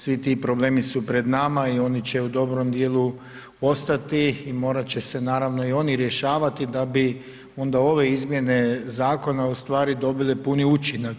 Svi ti problemi su pred nama i oni će u dobrom dijelu ostati i morat će se naravno i oni rješavati da bi onda ove izmjene zakona ustvari dobile puni učinak.